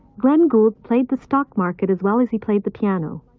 glenn gould played the stock market as well as he played the piano.